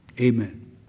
Amen